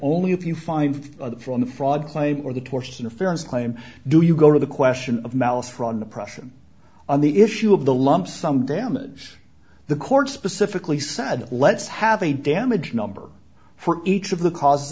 only if you find from the fraud claim or the tortious interference i do you go to the question of malice run oppression on the issue of the lump sum damage the court specifically said let's have a damage number for each of the causes